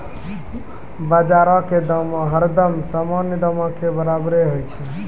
बजारो के दाम हरदम सामान्य दामो के बराबरे होय छै